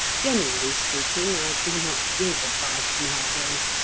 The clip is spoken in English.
generally speaking, i do not give advice nowadays.